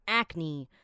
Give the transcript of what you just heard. acne